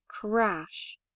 crash